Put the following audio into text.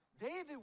David